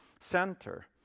center